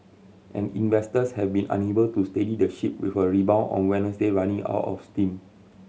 and investors have been unable to steady the ship with a rebound on Wednesday running out of steam